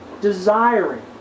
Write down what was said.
desiring